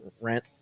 rent